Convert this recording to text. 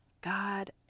God